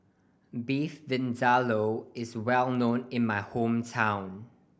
Beef Vindaloo is well known in my hometown